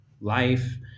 life